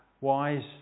wise